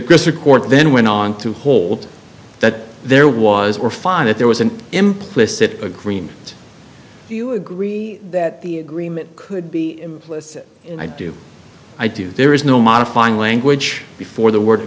grosser court then went on to hold that there was or find that there was an implicit agreement do you agree that the agreement could be i do i do there is no modifying language before the w